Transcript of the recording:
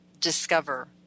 discover